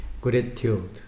gratitude